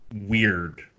weird